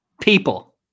People